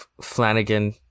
Flanagan